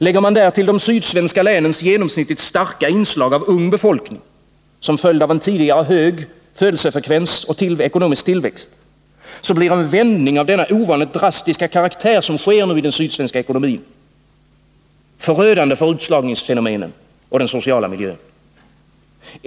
Läggs därtill de sydsvenska länens genomsnittligt starka inslag av ung befolkning, till följd av en tidigare hög födelsefrekvens och ekonomisk tillväxt, blir en vändning av denna ovanligt drastiska karaktär när det gäller den sydsvenska ekonomin förödande med tanke på utslagningsfenomen och den sociala miljön.